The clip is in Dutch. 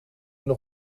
nog